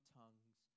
tongues